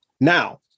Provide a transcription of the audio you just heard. Now